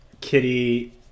Kitty